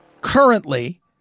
currently